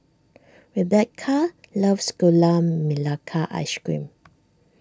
Rebekah loves Gula Melaka Ice Cream